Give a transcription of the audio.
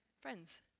friends